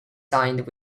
signed